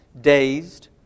dazed